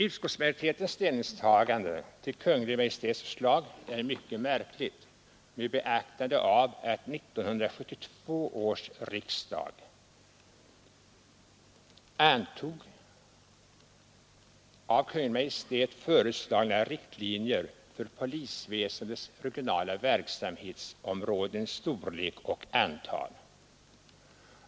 Utskottsmajoritetens ställningstagande till Kungl. Maj:ts förslag är mycket märkligt med beaktande av att 1972 års riksdag antog av Kungl. Maj:t föreslagna riktlinjer för polisväsendets regionala verksamhetsområdens storlek och antal.